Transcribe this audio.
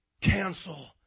cancel